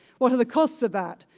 what are the costs of that?